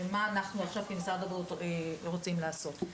ומה אנחנו כמשרד הבריאות רוצים לעשות.